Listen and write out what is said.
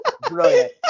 Brilliant